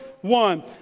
one